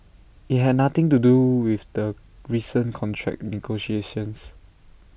IT had nothing to do with the recent contract negotiations